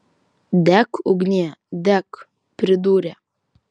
dek ugnie dek pridūrė